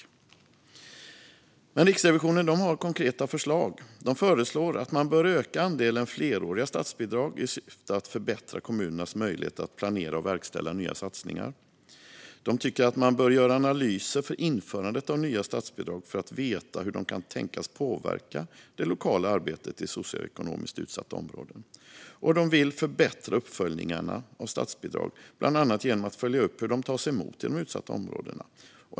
Riksrevisionen har konkreta förslag. De föreslår att man ska öka andelen fleråriga statsbidrag i syfte att förbättra kommunernas möjligheter att planera och verkställa nya satsningar. Riksrevisionen tycker att man ska göra analyser inför införandet av nya statsbidrag för att få veta hur de kan tänkas påverka det lokala arbetet i socioekonomiskt utsatta områden. Vidare vill Riksrevisionen förbättra uppföljningarna av statsbidrag, bland annat genom att följa upp hur de tas emot i de utsatta områdena.